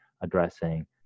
addressing